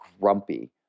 grumpy